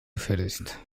gefertigt